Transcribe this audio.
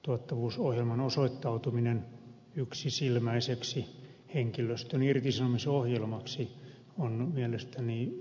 tuottavuusohjelman osoittautuminen yksisilmäiseksi henkilöstön irtisanomisohjelmaksi on mielestäni suuri virhe